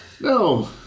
No